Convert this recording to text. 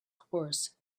horse